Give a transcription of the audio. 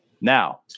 Now